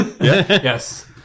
Yes